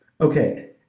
Okay